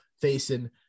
facing